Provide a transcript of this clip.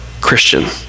Christian